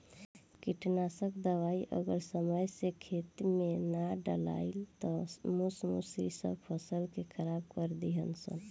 कीटनाशक दवाई अगर समय से खेते में ना डलाइल त मूस मुसड़ी सब फसल के खराब कर दीहन सन